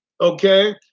okay